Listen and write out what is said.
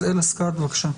אז אלה סקעת, בבקשה,